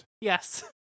Yes